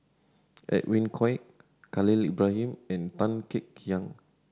Edwin Koek Khalil Ibrahim and Tan Kek Hiang